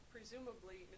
Presumably